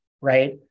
right